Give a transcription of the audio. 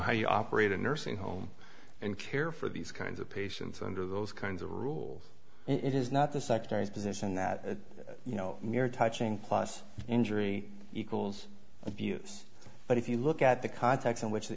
how you operate a nursing home and care for these kinds of patients under those kinds of rules and it is not the secretary's position that you know when you're touching plus injury equals abuse but if you look at the context in which the